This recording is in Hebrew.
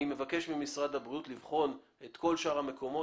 אני מבקש ממשרד הבריאות לבחון את כל שאר המקומות